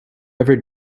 ever